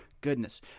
goodness